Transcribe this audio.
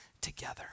together